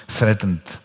threatened